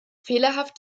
fehlerhaft